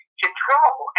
control